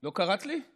לא קראת לי?